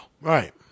Right